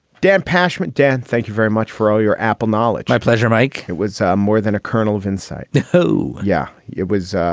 dan pashman. dan, thank you very much for all your apple knowledge. my pleasure, mike. it was more than a kernel of insight. whoo! yeah, it was.